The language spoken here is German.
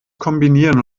kombinieren